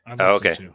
Okay